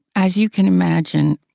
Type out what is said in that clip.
as you can imagine,